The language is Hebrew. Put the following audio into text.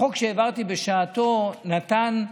החוק שהעברתי בשעתו נתן,